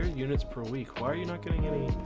units per week. why are you not going